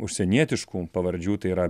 užsienietiškų pavardžių tai yra